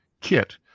kit